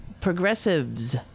progressives